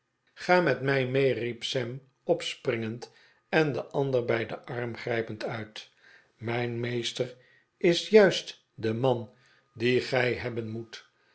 ga met mij mee riep sam opspringend en den ander bij den arm grijpend uit mijn meester is juist de man dien gij de pickwick club iiebben moet